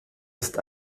ist